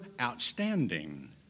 outstanding